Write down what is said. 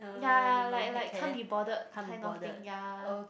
ya like like can't bothered kind of thing ya